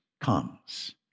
comes